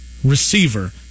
Receiver